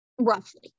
roughly